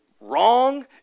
wrong